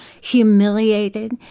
humiliated